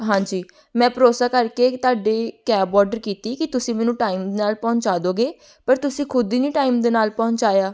ਹਾਂਜੀ ਮੈਂ ਭਰੋਸਾ ਕਰਕੇ ਤੁਹਾਡੀ ਕੈਬ ਔਡਰ ਕੀਤੀ ਕਿ ਤੁਸੀਂ ਮੈਨੂੰ ਟਾਈਮ ਨਾਲ ਪਹੁੰਚਾ ਦਿਓਗੇ ਪਰ ਤੁਸੀਂ ਖੁਦ ਹੀ ਨਹੀਂ ਟਾਈਮ ਦੇ ਨਾਲ ਪਹੁੰਚਾਇਆ